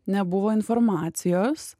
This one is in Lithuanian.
nebuvo informacijos